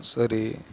சரி